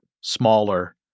smaller